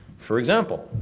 for example,